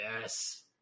Yes